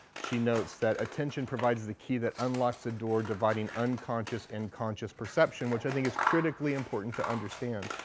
she notes that attention provides the key that unlocks a door dividing unconscious and conscious perception, which i think is critically important to understand.